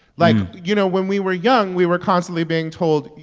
like, you know, when we were young, we were constantly being told,